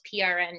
PRN